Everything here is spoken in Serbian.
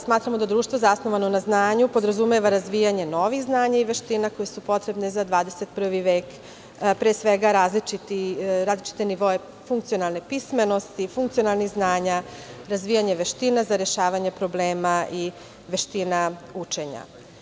Smatramo da društvo zasnovano na znanju podrazumeva razvijanje novih znanja i veština koje su potrebne za 21. vek, pre svega različite nivoe funkcionalne pismenosti, funkcionalnih znanja, razvijanje veština za rešavanje problema i veština učenja.